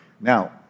Now